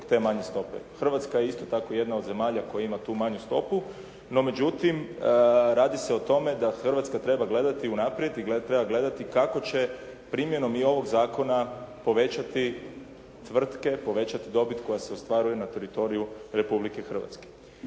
Hrvatska je isto tako jedna od zemalja koja ima tu manju stopu, no međutim radi se o tome da Hrvatska treba gledati unaprijed i treba gledati kako će primjenom i ovog zakona povećati tvrtke, povećati dobit koja se ostvaruje na teritoriju Republike Hrvatske.